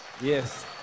Yes